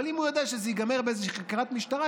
אבל אם הוא יודע שזה ייגמר באיזושהי חקירת משטרה,